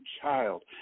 child